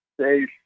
say